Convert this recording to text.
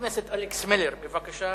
חבר הכנסת אלכס מילר, בבקשה.